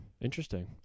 Interesting